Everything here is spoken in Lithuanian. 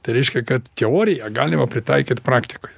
tai reiškia kad teoriją galima pritaikyti praktikoje